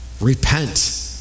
repent